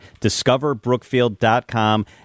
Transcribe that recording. discoverbrookfield.com